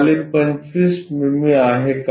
खाली 25 मिमी आहे का